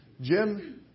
Jim